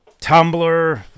Tumblr